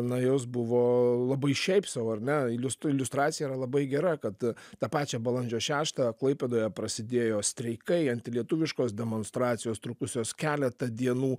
na jos buvo labai šiaip sau ar ne iliust iliustracija yra labai gera kad tą pačią balandžio šeštąją klaipėdoje prasidėjo streikai antilietuviškos demonstracijos trukusios keletą dienų